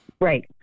Right